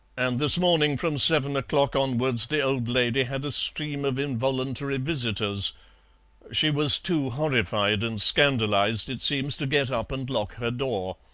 and this morning from seven o'clock onwards the old lady had a stream of involuntary visitors she was too horrified and scandalized it seems to get up and lock her door.